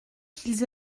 qu’ils